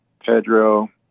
Pedro